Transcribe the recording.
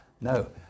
No